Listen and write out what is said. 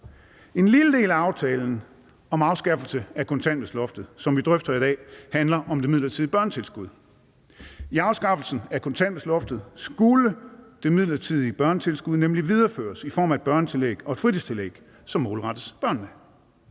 En lille del af aftalen om afskaffelse af kontanthjælpsloftet, som vi drøfter i dag, handler om det midlertidige børnetilskud. I afskaffelsen af kontanthjælpsloftet skulle det midlertidige børnetilskud nemlig videreføres i form af et børnetillæg og et fritidstillæg, som målrettes børnene.